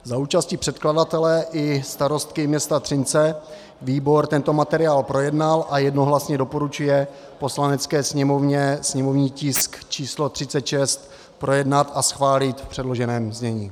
Za účasti předkladatele i starostky města Třince výbor tento materiál projednal a jednohlasně doporučuje Poslanecké sněmovně sněmovní tisk číslo 36 projednat a schválit v předloženém znění.